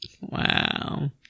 Wow